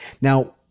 Now